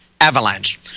Avalanche